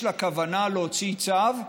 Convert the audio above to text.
ואכן, יש לה כוונה להוציא צו,